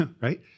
right